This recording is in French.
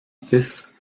fils